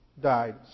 died